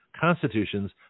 constitutions